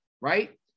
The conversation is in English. right